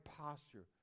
posture